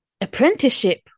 Apprenticeship